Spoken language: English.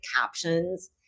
captions